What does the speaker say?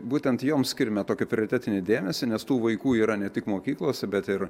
būtent joms skiriame tokį prioritetinį dėmesį nes tų vaikų yra ne tik mokyklose bet ir